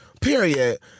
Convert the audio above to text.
Period